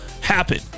happen